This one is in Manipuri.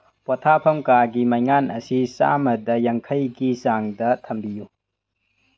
ꯄꯣꯊꯥꯐꯝ ꯀꯥꯒꯤ ꯃꯩꯉꯥꯟ ꯑꯁꯤ ꯆꯥꯝꯃꯗ ꯉꯥꯡꯈꯩꯒꯤ ꯆꯥꯡꯗ ꯊꯝꯕꯤꯌꯨ